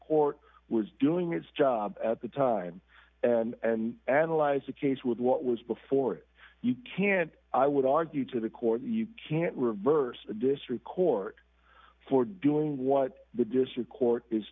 court was doing its job at the time and analyze the case with what was before it you can't i would argue to the court you can't reverse this record for doing what the district court is